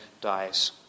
dies